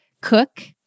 cook